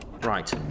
Right